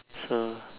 so